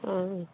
অঁ